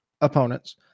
opponents